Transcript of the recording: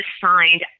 signed